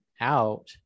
out